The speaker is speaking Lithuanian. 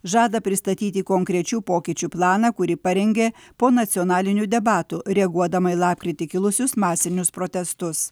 žada pristatyti konkrečių pokyčių planą kurį parengė po nacionalinių debatų reaguodama į lapkritį kilusius masinius protestus